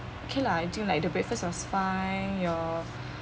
okay lah I think like the breakfast was fine your